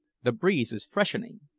the breeze is freshening.